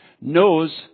knows